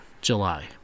July